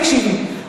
תקשיבי.